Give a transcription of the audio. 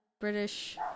British